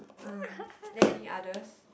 uh then any others